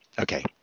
Okay